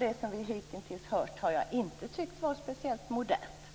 Det som vi hitintills sett har jag inte tyckt varit speciellt modernt.